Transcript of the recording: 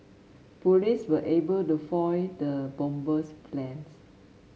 police were able to foil the bomber's plans